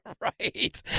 right